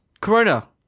Corona